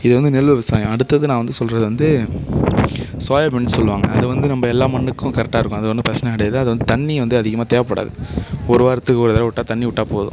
இது வந்து நெல் விவசாயம் அடுத்தது நான் வந்து சொல்வது வந்து சோயாபீன்னு சொல்லுவாங்க அது வந்து நம்ப எல்லா மண்ணுக்கும் கரெக்டாக இருக்கும் அது ஒன்றும் பிரச்சனை கிடையாது அது வந்து தண்ணி வந்து அதிகமாக தேவைப்படாது ஒரு வாரத்துக்கு ஒரு தடவை விட்டா தண்ணி விட்டா போதும்